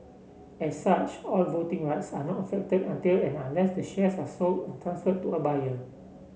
as such all voting rights are not affected until and unless to shares are sold and transferred to a buyer